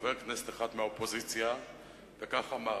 חבר כנסת אחד מהאופוזיציה וכך אמר: